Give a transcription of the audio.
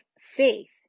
faith